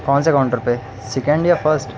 کون سے کاؤنٹر پہ سیکنڈ یا فرسٹ